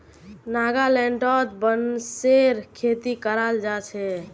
नागालैंडत बांसेर खेती कराल जा छे